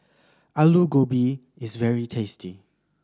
Alu Gobi is very tasty